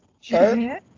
Sure